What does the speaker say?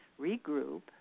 regroup